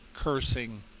Cursing